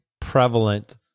prevalent